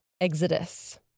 exodus